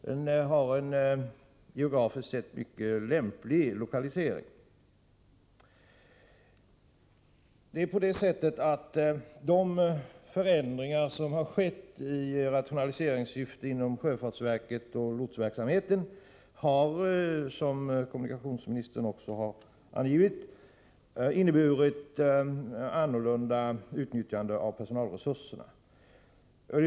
Den har en geografiskt sett mycket lämplig lokalisering. De förändringar som i rationaliseringssyfte har genomförts inom sjöfartsverket och lotsverksamheten har, som kommunikationsministern också angivit, inneburit ett ändrat utnyttjande av personalresurserna.